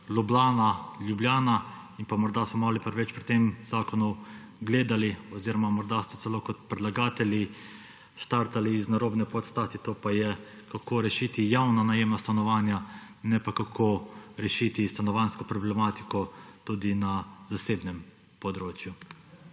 In morda so pri tem zakonu preveč pri tem zakonu gledali oziroma morda ste celo kot predlagatelji štartali iz narobne podstati, to pa je, kako rešiti javna najemna stanovanja, ne pa, kako rešiti stanovanjsko problematiko tudi na zasebnem področju.